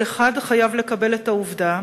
כל אחד חייב לקבל את העובדה